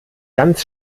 ganz